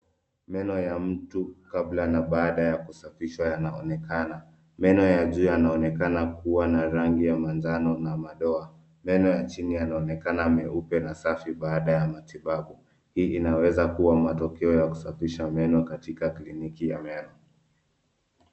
Meno ya mtu kabla na baada ya kusafishwa yanaonekana. Meno ya juu yanaonekana na rangi ya manjano na madoa. Meno ya chini yanaonekana meupe na masafi baada ya matibabu. Hii inaweza kuwa matokeo ya kusafisha meno katika kliniki ya meno.